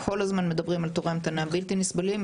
כל הזמן מדברים על תורי המתנה בלתי נסבלים.